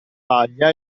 paglia